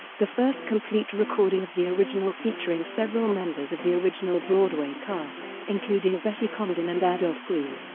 the first complete recording of the original featuring several members of the original broadway cast, including betty comden and adolph green.